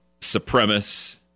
supremacist